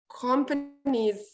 companies